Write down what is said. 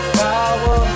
power